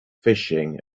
fishing